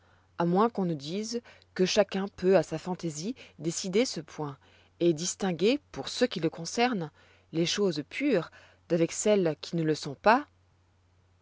à moins qu'on ne dise que chacun peut à sa fantaisie décider ce point et distinguer pour ce qui le concerne les choses pures d'avec celles qui ne le sont pas